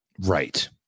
Right